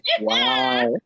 Wow